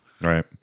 right